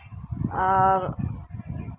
ᱟᱨ